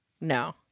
No